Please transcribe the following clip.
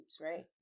right